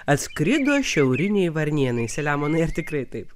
atskrido šiauriniai varnėnai selemonai ar tikrai taip